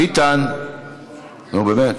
ביטן, נו, באמת.